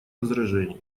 возражений